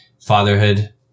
fatherhood